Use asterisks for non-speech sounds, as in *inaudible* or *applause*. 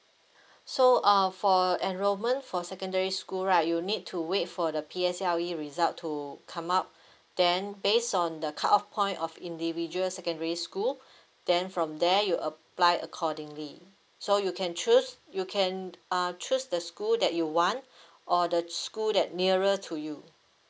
*breath* so uh for enrollment for secondary school right you need to wait for the P_S_L_E result to come out *breath* then base on the cut off point of individual secondary school *breath* then from there you apply accordingly so you can choose you can uh choose the school that you want *breath* or the school that nearer to you